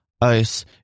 ice